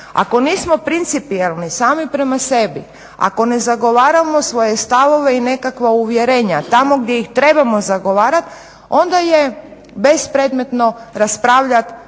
Ako nismo principijelni sami prema sebi, ako ne zagovaramo svoje stavove i nekakva uvjerenja tamo gdje ih trebamo zagovarat onda je bespredmetno raspravljat